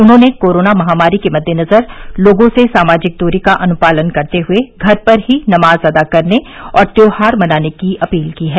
उन्होंने कोरोना महामारी के मद्देनजर लोगों से सामाजिक दूरी का अनुपालन करते हुए घर पर ही नमाज अदा करने और त्यौहार मनाने की अपील की है